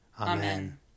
Amen